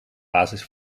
basis